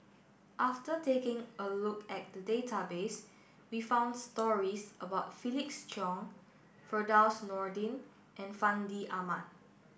after taking a look at the database we found stories about Felix Cheong Firdaus Nordin and Fandi Ahmad